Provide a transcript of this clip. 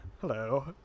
hello